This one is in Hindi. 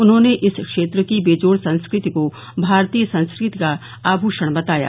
उन्होंने इस क्षेत्र की बेजोड़ संस्कृति को भारतीय संस्कृति का आभूषण बताया